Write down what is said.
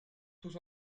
tous